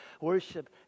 worship